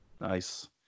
nice